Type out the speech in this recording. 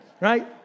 Right